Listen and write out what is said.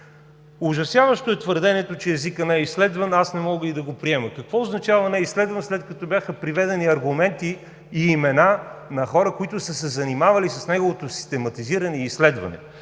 Ужасяващо е твърдението, че езикът не е изследван, аз не мога и да го приема. Какво означава не е изследван, след като бяха приведени аргументи и имена на хора, които са се занимавали с неговото систематизиране и изследване?